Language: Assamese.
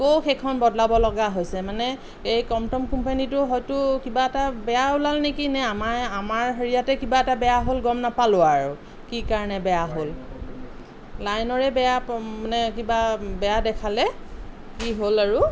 আকৌ সেইখন বদলাব লগা হৈছে মানে এই কম্পটন কোম্পানীটো হয়তো কিবা এটা বেয়া ওলাল নেকি নে আমাৰে আমাৰ হেৰিয়াতে কিবা এটা বেয়া হ'ল গম নেপালোঁ আৰু কি কাৰণে বেয়া হ'ল লাইনৰে বেয়া মানে কিবা বেয়া দেখালে কি হ'ল আৰু